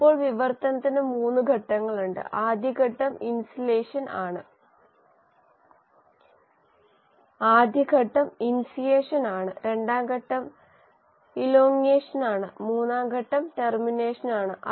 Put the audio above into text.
ഇപ്പോൾ വിവർത്തനത്തിന് 3 ഘട്ടങ്ങളുണ്ട് ആദ്യ ഘട്ടം ഇനിസിയേഷൻ ആണ് രണ്ടാം ഘട്ടം ഇലോങ്യേഷൻ മൂന്നാം ഘട്ടം ടെർമിനേഷൻ ആണ്